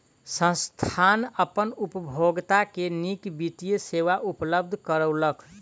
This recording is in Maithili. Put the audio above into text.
संस्थान अपन उपभोगता के नीक वित्तीय सेवा उपलब्ध करौलक